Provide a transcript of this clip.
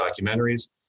documentaries